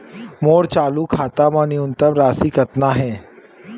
मोर चालू खाता मा न्यूनतम राशि कतना हे?